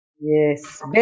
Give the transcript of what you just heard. yes